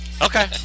Okay